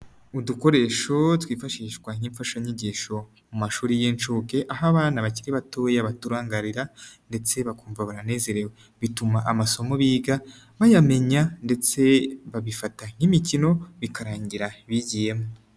Udukoresho twifashishwa nk'imfashanyigisho mu mashuri y'inshuke, aho abana bakiri batoya baturangarira ndetse bakumva baranezerewe, bituma amasomo biga bayamenya ndetse babifata nk'imikino, bikarangira bigiyemo.